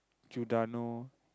Giordano